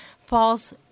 falls